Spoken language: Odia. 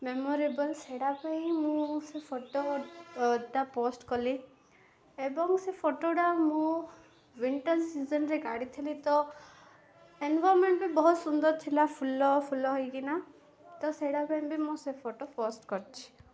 ମେମୋରେବଲ୍ ସେଇଟା ପାଇଁ ମୁଁ ସେ ଫଟୋ ଟା ପୋଷ୍ଟ କଲି ଏବଂ ସେ ଫଟୋଟା ମୁଁ ୱିଣ୍ଟର୍ ସିଜନରେ କାଢ଼ିଥିଲି ତ ଏନ୍ଭାରମେଣ୍ଟ ବି ବହୁତ ସୁନ୍ଦର ଥିଲା ଫୁଲ ଫୁଲ ହେଇକିନା ତ ସେଇଟା ପାଇଁ ବି ମୁଁ ସେ ଫଟୋ ପୋଷ୍ଟ କରିଛି